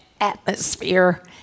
atmosphere